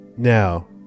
now